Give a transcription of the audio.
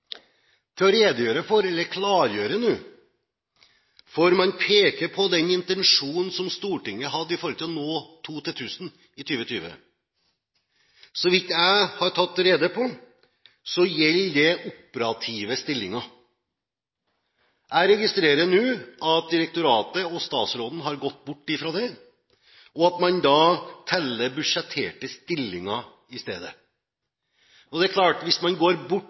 til å redegjøre for, eller klargjøre, dette nå, for man peker på den intensjonen som Stortinget hadde med tanke på å nå målet om to til 1 000 i 2020. Så vidt jeg har fått rede på, gjelder dette operative stillinger. Jeg registrerer nå at direktoratet og statsråden har gått bort fra det, og at man teller budsjetterte stillinger i stedet. Det er klart at hvis man går bort